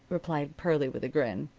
replied pearlie, with a grin.